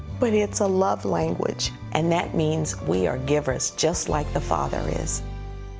but it's a love language. and that means we are givers, just like the father is.